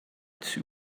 two